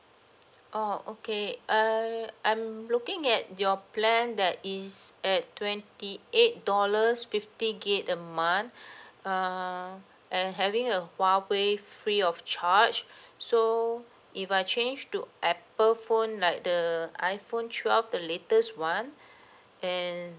oh okay err I'm looking at your plan that is at twenty eight dollars fifty gigabyte a month err uh having a huawei free of charge so if I change to apple phone like the iphone twelve the latest one and